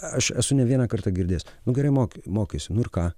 aš esu ne vieną kartą girdėjęs nu gerai moki mokaisi nu ir ką